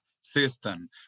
system